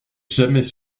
jamais